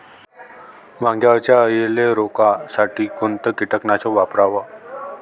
वांग्यावरच्या अळीले रोकासाठी कोनतं कीटकनाशक वापराव?